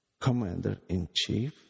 commander-in-chief